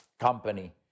company